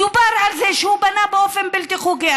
דובר על זה שהוא בנה באופן בלתי חוקי.